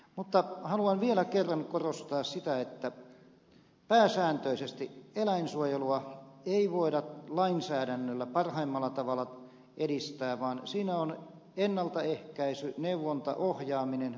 mutta haluan vielä kerran korostaa sitä että pääsääntöisesti eläinsuojelua ei voida lainsäädännöllä parhaimmalla tavalla edistää vaan siinä on tärkeätä ennaltaehkäisy neuvonta ohjaaminen ja opastaminen